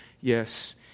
Yes